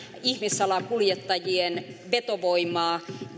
ihmissalakuljettajien vetovoimaa